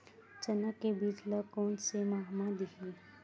चना के बीज ल कोन से माह म दीही?